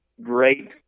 great